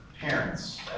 parents